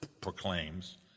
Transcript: proclaims